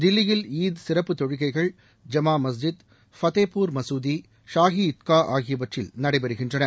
தில்லியில் ஈத் சிறப்பு தொழுகைகள் ஜமா மஸ்ஜித் ஃபத்தேப்பூர் மகுதி ஷாகி இத்கா ஆகியவற்றில் நடைபெறுகின்றன